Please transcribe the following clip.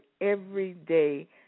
everyday